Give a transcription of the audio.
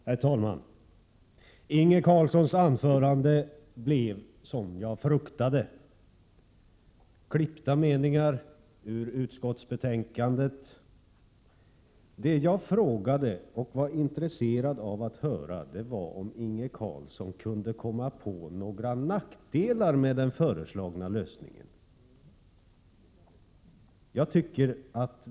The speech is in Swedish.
Herr talman! Inge Carlssons anförande blev som jag fruktade: meningar klippta ur utskottsbetänkandet. Jag frågade och var intresserad av att höra om Inge Carlsson kunde komma på några nackdelar med den föreslagna lösningen.